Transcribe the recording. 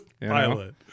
Pilot